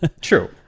true